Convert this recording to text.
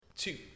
Two